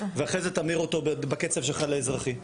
ואחרי זה תמיר אותו בקצב שלך לאזרחי.